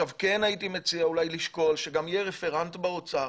הייתי מציע לשקול שגם יהיה רפרנט באוצר